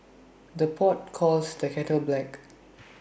the pot calls the kettle black